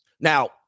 now